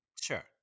Sure